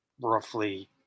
roughly